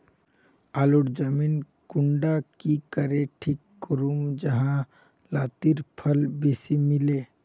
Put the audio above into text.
आलूर जमीन कुंडा की करे ठीक करूम जाहा लात्तिर फल बेसी मिले?